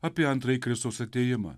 apie antrąjį kristaus atėjimą